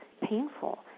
painful